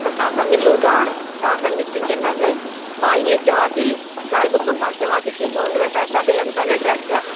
असां तव्हां सां मिलू था तव्हांसां मीटिंग कंदसीं मां ईअं चवां थी ॻाल्हि ॿुधो मां चवा थी की मां उनमें पैसा बि लॻंदा न ड्रेस जा